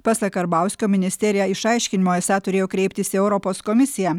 pasak karbauskio ministerija išaiškinimo esą turėjo kreiptis į europos komisiją